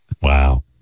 wow